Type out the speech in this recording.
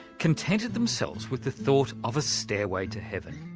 contented themselves with the thought of a stairway to heaven.